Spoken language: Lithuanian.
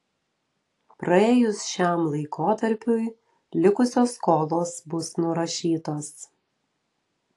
praėjus šiam laikotarpiui likusios skolos bus nurašytos